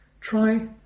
Try